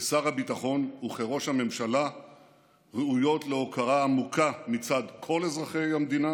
כשר הביטחון וכראש הממשלה ראויות להוקרה עמוקה מצד כל אזרחי המדינה,